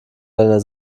deiner